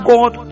God